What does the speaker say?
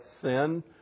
sin